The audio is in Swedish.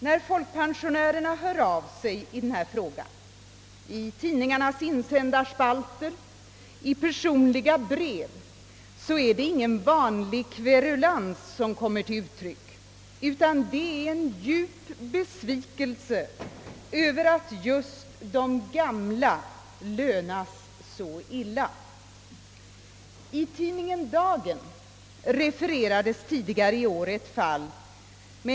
När pensionärerna hör av sig i denna fråga, i tidningarnas insändarspalter och i personliga brev, så är det inte uttryck för någon kverulans utan för en djup besvikelse över att just de gamla lönas så illa. I tidningen Dagen refererades tidigare i år ett fall.